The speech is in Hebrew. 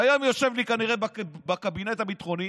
היום יושב לי כנראה בקבינט הביטחוני